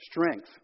strength